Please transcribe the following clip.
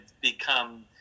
become